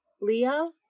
Leah